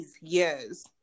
years